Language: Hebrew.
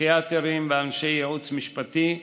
פסיכיאטרים ואנשי ייעוץ משפטי,